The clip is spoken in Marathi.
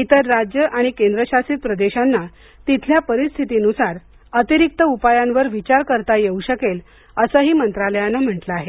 इतर राज्ये आणि केंद्रशासित प्रदेशांना तिथल्या परीस्थीतीनुसार अतिरिक्त उपायांवर विचार करता येवू शकेल असंही मंत्रालयानं म्हटलं आहे